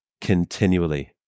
continually